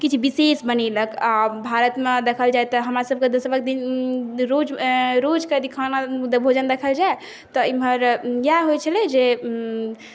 किछु विशेष बनेलक आओर भारतमे देखल जाइ तऽ हमरा सबके तऽ रोजके यदि खाना भोजन देखल जाइ तऽ इमहर इएह होइ छलै जे